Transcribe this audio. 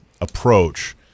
approach